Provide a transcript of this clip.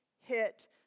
hit